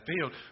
field